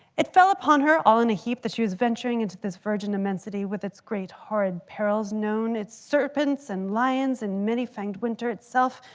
it fell upon her all in a heap that she was venturing into this virgin immensity with its great hard perils, known its serpents and lions and many fanged winter itself,